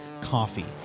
coffee